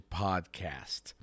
podcast